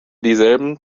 dieselben